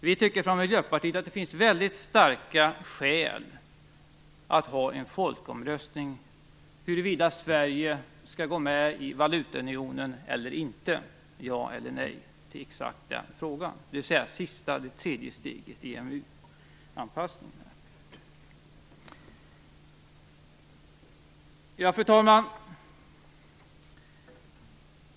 Vi i Miljöpartiet tycker att det finns väldigt starka skäl för att ha en folkomröstning om huruvida Sverige skall gå med i valutaunionen eller inte, dvs. det tredje steget i EMU-anpassningen. Fru talman!